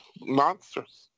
monsters